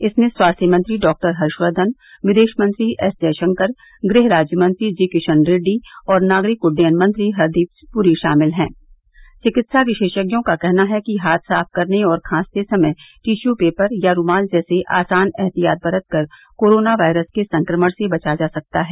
इसमें स्वास्थ्य मंत्री डॉक्टर हर्षवर्धन विदेश मंत्री एस जयशंकर गृह राज्यमंत्री जी किशन रेड्डी और नागरिक उड्डयन मंत्री हरदीप पुरी शामिल हैं चिकित्सा विशेषज्ञों का कहना है कि हाथ साफ करने और खांसते समय टिश्यू पेपर या रूमाल जैसे आसान एहतियात बरत कर कोरोना वायरस के संक्रमण से बचा जा सकता है